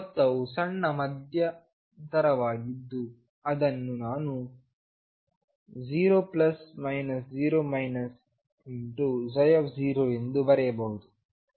ಮೊತ್ತವು ಸಣ್ಣ ಮಧ್ಯಂತರವಾಗಿದ್ದು ಅದನ್ನು ನಾನು 0 0 ψಎಂದು ಬರೆಯಬಹುದು